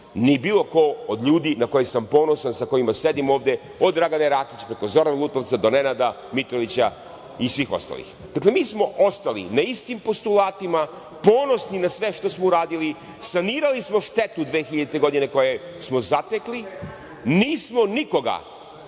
ni bilo ko od ljudi na koje sam ponosan, sa kojima sedim vode, od Dragane Rakić, preko Zorana Lutovca, do Nenada Mitrovića i svih ostali. Dakle, mi smo ostali na istim postulatima, ponosni na sve što smo uradili. Sanirali smo štetu 2000. godine koju smo zatekli. Nismo nikoga,